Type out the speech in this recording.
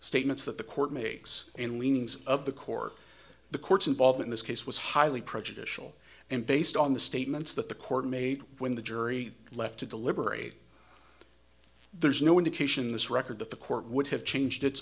statements that the court makes and leanings of the court the courts involved in this case was highly prejudicial and based on the statements that the court made when the jury left to deliberate there's no indication this record that the court would have changed